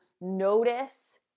notice